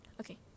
Okay